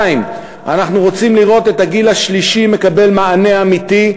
2. אנחנו רוצים לראות את הגיל השלישי מקבל מענה אמיתי,